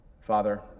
Father